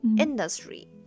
Industry